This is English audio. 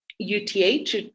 UTH